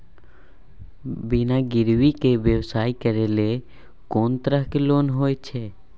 बिना गिरवी के व्यवसाय करै ले कोन तरह के लोन होए छै?